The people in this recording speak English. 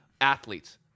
athletes